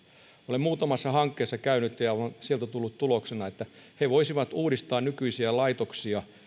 olen muutamassa hankkeessa käynyt ja on sieltä tullut tuloksena että he voisivat uudistaa nykyisiä laitoksia